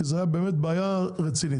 כי זאת באמת הייתה בעיה רצינית.